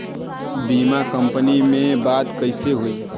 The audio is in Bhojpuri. बीमा कंपनी में बात कइसे होई?